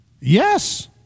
Yes